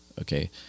Okay